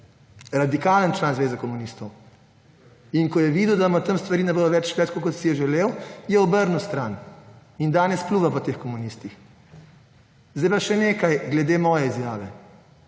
radikalen član Zveze komunistov. Ko je videl, da tam ne bodo stvari več šle, kot si je želel, je obrnil stran in danes pljuva po teh komunistih. Zdaj pa še nekaj glede moje izjave.